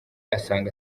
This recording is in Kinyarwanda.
asanga